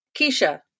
Keisha